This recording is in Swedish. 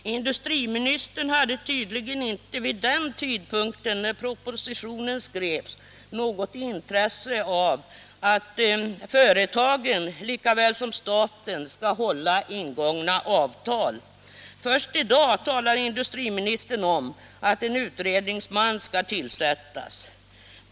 Industriministern hade tydligen vid den tidpunkt då propositionen skrevs inte något intresse av att företagen — lika väl som staten — skall hålla ingångna avtal. Först i dag talar industriministern om att en utredningsman skall tillsättas.